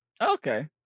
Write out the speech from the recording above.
okay